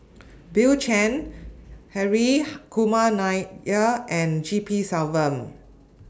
Bill Chen Hri Kumar Nair and G P Selvam